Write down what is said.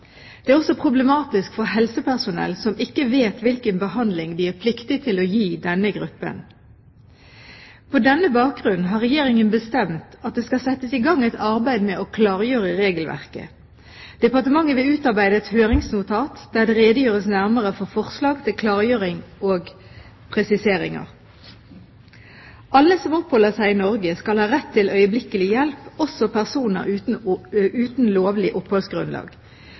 Det er også problematisk for helsepersonell, som ikke vet hvilken behandling de er pliktig til å gi denne gruppen. På denne bakgrunn har Regjeringen bestemt at det skal settes i gang et arbeid med å klargjøre regelverket. Departementet vil utarbeide et høringsnotat der det redegjøres nærmere for forslag til klargjøring og presiseringer. Alle som oppholder seg i Norge, skal ha rett til øyeblikkelig hjelp, også personer uten lovlig oppholdsgrunnlag.